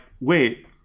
wait